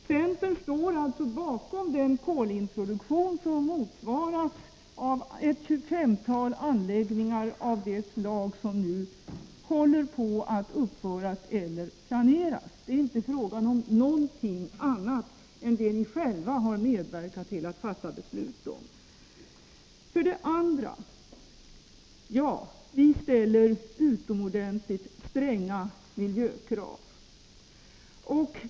Centern står alltså bakom den kolintroduktion som motsvaras av ett tjugofemtal anläggningar av det slag som nu håller på att uppföras eller planeras. Det är inte fråga om någonting annat än det ni själva har medverkat till att fatta beslut om. 2. Vi ställer utomordentligt stränga miljökrav.